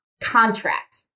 Contract